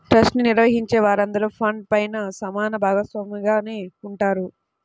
trust ని నిర్వహించే వారందరూ ఫండ్ పైన సమాన భాగస్వామిగానే ఉంటారు